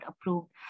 approved